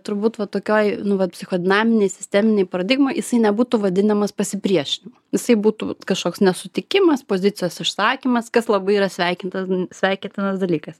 turbūt vat tokioj nu va psichodinaminėj sisteminėj jisai nebūtų vadinamas pasipriešinimu jisai būtų kažkoks nesutikimas pozicijos išsakymas kas labai yra sveikintas sveikintinas dalykas